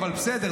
אבל בסדר,